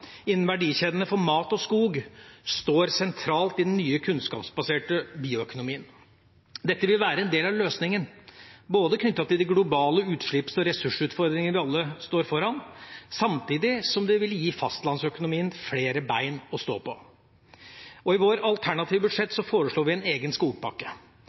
verdikjedene for mat og skog står sentralt i den nye, kunnskapsbaserte bioøkonomien. Dette vil være en del av løsningen knyttet til de globale utslipps- og ressursutfordringene vi alle står foran, samtidig som det vil gi fastlandsøkonomien flere bein å stå på. I vårt alternative budsjett foreslo vi en egen skogpakke.